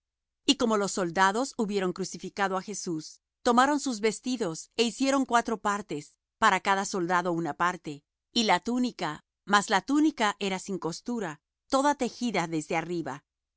y como los soldados hubieron crucificado á jesús tomaron sus vestidos é hicieron cuatro partes para cada soldado una parte y la túnica mas la túnica era sin costura toda tejida desde arriba